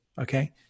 okay